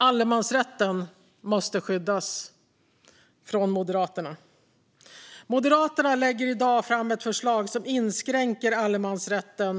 Allemansrätten måste skyddas från Moderaterna. Moderaterna lägger i dag fram ett förslag som inskränker allemansrätten.